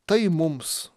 tai mums